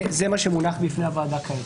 זה מה שמונח בפני הוועדה כעת.